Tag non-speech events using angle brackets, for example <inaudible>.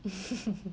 <laughs>